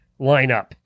lineup